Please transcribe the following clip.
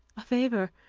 a favor!